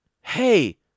Hey